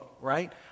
right